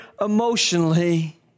emotionally